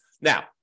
Now